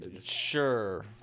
Sure